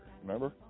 remember